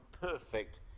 perfect